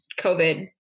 COVID